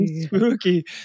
Spooky